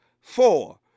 four